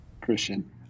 Christian